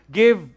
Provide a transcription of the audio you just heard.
give